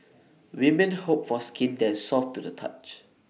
women hope for skin that is soft to the touch